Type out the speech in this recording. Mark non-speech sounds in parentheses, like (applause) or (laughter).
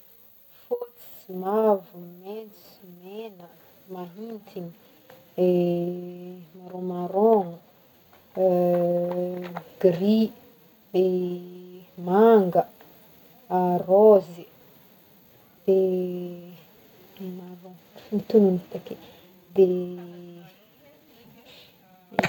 Fôtsy, mavo, mentso, megna, mahintigny, (hesitation) marron marrogny, (hesitation) gris, (hesitation) manga, a rose, e (hesitation) mavo efa voatognogny take de. (hesitation)